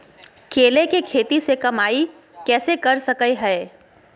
केले के खेती से कमाई कैसे कर सकय हयय?